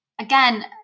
again